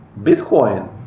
Bitcoin